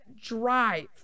drive